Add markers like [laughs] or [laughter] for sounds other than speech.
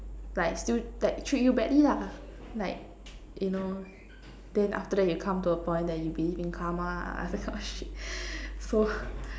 like still treat you badly lah like you know then after that you come to a point that you believe in Karma [laughs] that kind of shit so